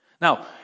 Now